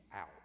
out